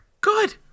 Good